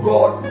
God